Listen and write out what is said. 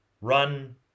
run